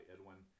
Edwin